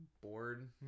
bored